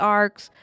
arcs